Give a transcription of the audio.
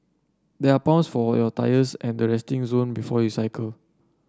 there are pumps for your tyres at the resting zone before you cycle